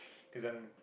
cause on